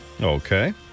Okay